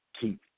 keep